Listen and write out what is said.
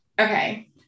Okay